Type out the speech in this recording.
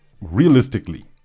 realistically